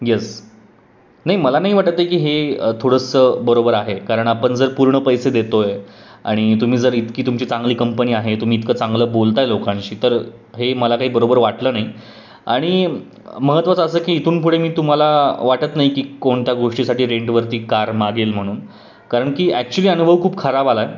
yes नाही मला नाही वाटत आहे की हे थोडंसं बरोबर आहे कारण आपण जर पूर्ण पैसे देतो आहे आणि तुम्ही जर इतकी तुमची चांगली कंपनी आहे तुम्ही इतकं चांगलं बोलताय लोकांशी तर हे मला काही बरोबर वाटलं नाही आणि महत्त्वाचं असं की इथून पुढे मी तुम्हाला वाटत नाही की कोणत्या गोष्टीसाठी रेंटवरती कार मागेल म्हणून कारण की ॲक्चुअली अनुभव खूप खराब आला आहे